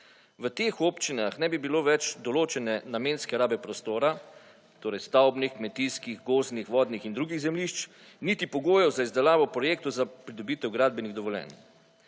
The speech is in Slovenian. V teh občinah ne bi bilo več določene namenske rabe prostora, torej stavbnih, kmetijskih, gozdnih, vodnih in drugih zemljišč, niti pogojev za izdelavo projektov za pridobitev gradbenih dovoljenj.